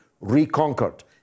reconquered